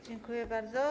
Dziękuję bardzo.